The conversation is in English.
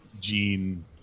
Gene